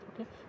Okay